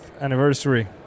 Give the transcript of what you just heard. anniversary